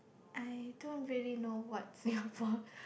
I don't really know what Singapore